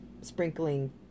sprinkling